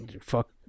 Fuck